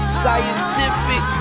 scientific